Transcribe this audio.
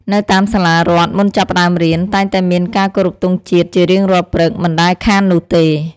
នៅតាមសាលារដ្ឋ មុនចាប់ផ្ដើមរៀន តែងតែមានការគោរពទង់ជាតិជារៀងរាល់ព្រឹក មិនដែលខាននោះទេ។